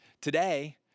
Today